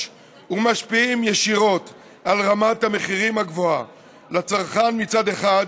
ומשפיעים ישירות על רמת המחירים הגבוהה לצרכן מצד אחד